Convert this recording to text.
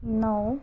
नऊ